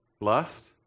Lust